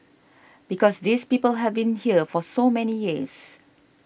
because these people have been here for so many years